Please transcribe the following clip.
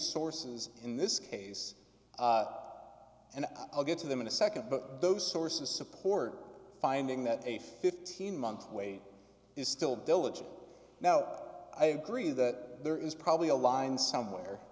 sources in this case and i'll get to them in a nd but those sources support finding that a fifteen month wait is still village now but i agree that there is probably a line somewhere